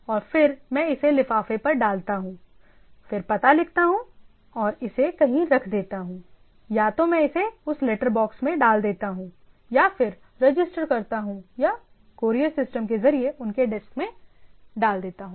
और फिर मैं इसे लिफाफे पर डालता हूं फिर पता लिखता हूं और इसे कहीं रख देता हूं या तो मैं इसे उस लेटर बॉक्स में डाल देता हूं या फिर रजिस्टर करता हूं या कोरियर सिस्टम के जरिए उनके डेस्क में डाल देता हूं